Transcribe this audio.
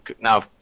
now